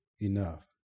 enough